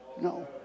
No